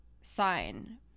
sign